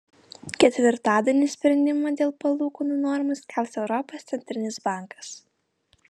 ketvirtadienį sprendimą dėl palūkanų normų skelbs europos centrinis bankas